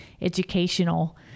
educational